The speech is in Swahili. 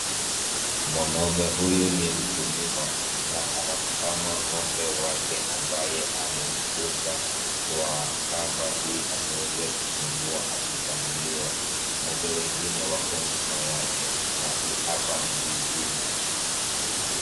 Mwanaume huyu ni mkulima na anamkama ng'ombe wake ambaye amemfunga kwa kamba ili asiweze kusumbua akikamuliwa. Ng'ombe wengine wako nyuma yake na ni hapa ni zizini.